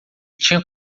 tinha